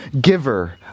giver